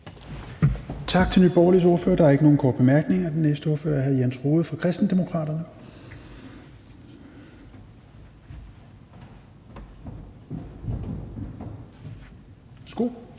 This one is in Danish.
Tak til Nye Borgerliges ordfører. Der er ikke nogen korte bemærkninger. Den næste ordfører er hr. Jens Rohde fra Kristendemokraterne. Værsgo.